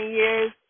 years